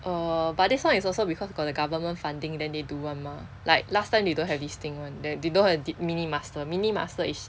err but this one is also because got the government funding then they do [one] mah like last time they don't have this thing [one] they don't have th~ mini master mini master is